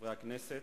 חברי הכנסת,